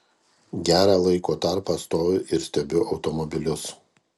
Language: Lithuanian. gerą laiko tarpą stoviu ir stebiu automobilius